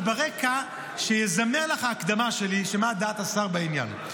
וברקע שתזמר לך ההקדמה שלי מהי דעת השר בעניין.